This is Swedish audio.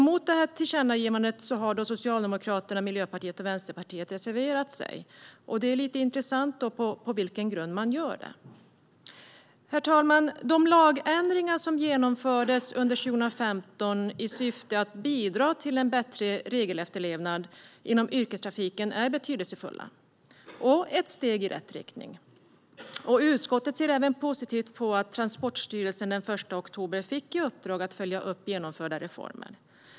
Mot detta tillkännagivande har Socialdemokraterna, Miljöpartiet och Vänsterpartiet reserverat sig, och det är lite intressant på vilken grund man har gjort det. Herr ålderspresident! De lagändringar som genomfördes under 2015 i syfte att bidra till en bättre regelefterlevnad inom yrkestrafiken är betydelsefulla och ett steg i rätt riktning. Utskottet ser även positivt på att Transportstyrelsen den 1 oktober fick i uppdrag att följa upp genomförda reformer.